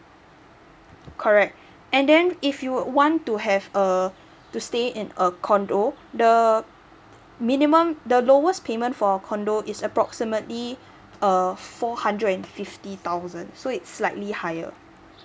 correct and then if you want to have a to stay in a condo the minimum the lowest payment for condo is approximately err four hundred and fifty thousand so it's slightly higher